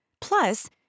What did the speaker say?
Plus